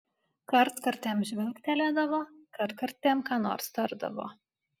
kartkartėm žvilgtelėdavo kartkartėm ką nors tardavo